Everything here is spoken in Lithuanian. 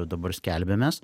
dabar skelbiamės